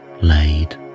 laid